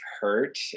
hurt